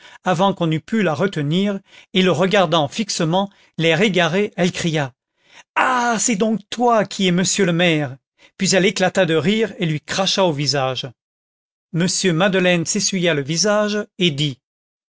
avant qu'on eût pu la retenir et le regardant fixement l'air égaré elle cria ah c'est donc toi qui es monsieur le maire puis elle éclata de rire et lui cracha au visage m madeleine s'essuya le visage et dit